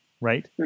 right